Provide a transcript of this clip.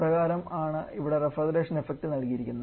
പ്രകാരം ആണ് ഇവിടെ റഫ്രിജറേഷൻ ഇഫക്റ്റ് നൽകിയിരിക്കുന്നത്